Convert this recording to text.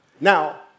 Now